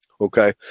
okay